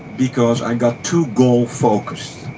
because i got too goal focused.